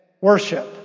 Worship